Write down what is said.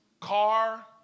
car